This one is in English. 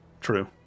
True